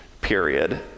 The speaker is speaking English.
period